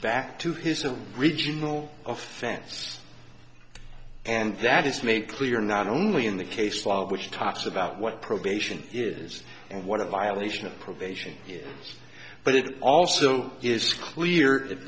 back to his a regional offense and that is made clear not only in the case law which talks about what probation is and what a violation of probation but it also is clear at